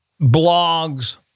blogs